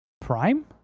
Prime